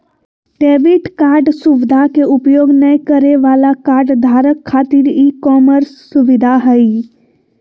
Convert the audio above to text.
debit card सुवधा के उपयोग नय करे वाला कार्डधारक खातिर ई कॉमर्स सुविधा हइ